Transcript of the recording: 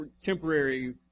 temporary